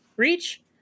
reach